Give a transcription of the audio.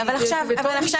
אבל עכשיו יש לי זכות דיבור.